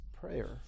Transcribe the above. prayer